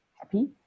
happy